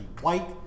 white